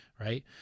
right